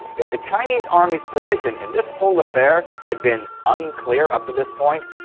if the chinese army's position in this whole affair had been unclear up to this point,